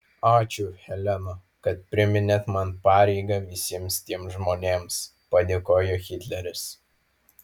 ačiū helena kad priminėt man pareigą visiems tiems žmonėms padėkojo hitleris